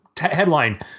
Headline